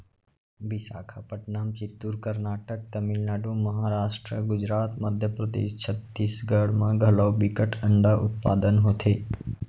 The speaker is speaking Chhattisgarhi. बिसाखापटनम, चित्तूर, करनाटक, तमिलनाडु, महारास्ट, गुजरात, मध्य परदेस, छत्तीसगढ़ म घलौ बिकट अंडा उत्पादन होथे